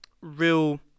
real